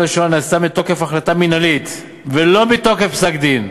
שואה נעשתה מתוקף החלטה מינהלית ולא מתוקף פסק-דין,